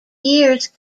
years